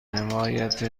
حمایت